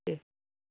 दे